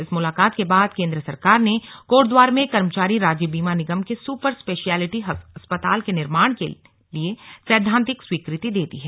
इस मुलाकात के बाद केंद्र सरकार ने कोटद्वार में कर्मचारी राज्य बीमा निगम के सुपर स्पेशियेलिटी अस्पताल के निर्माण के लिए सैद्धान्तिक स्वीकृति दे दी है